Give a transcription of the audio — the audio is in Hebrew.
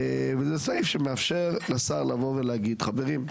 זה סעיף שמאפשר לשר לבוא ולהגיד: חברים,